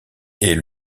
est